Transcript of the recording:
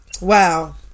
Wow